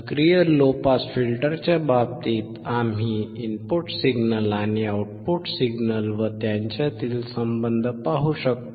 सक्रिय low pass फिल्टरच्या बाबतीत आम्ही इनपुट सिग्नल आणि आउटपुट सिग्नल व त्यांच्यातील संबंधपाहू शकतो